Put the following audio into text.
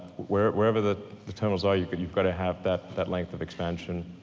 wherever the the terminals are you've but you've gotta have that that length of expansion,